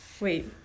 Wait